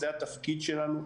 זה התפקיד שלנו,